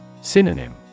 Synonym